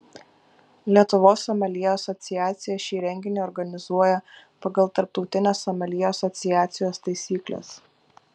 lietuvos someljė asociacija šį renginį organizuoja pagal tarptautines someljė asociacijos taisykles